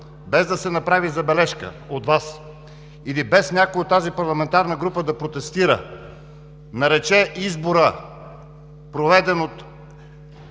без да се направи забележка от Вас или без някой от тази парламентарна група да протестира, нарече избора, проведен от